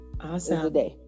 Awesome